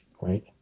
right